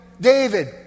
David